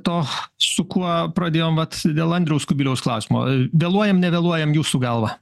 to su kuo pradėjom vat dėl andriaus kubiliaus klausimo vėluojam nevėluojam jūsų galva